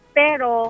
pero